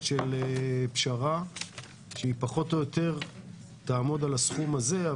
של פשרה שהיא פחות או יותר תעמוד על הסכום הזה.